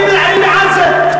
אני בעד זה.